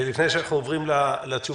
לפני שאנחנו עוברים לתשובות,